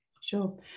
Sure